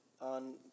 on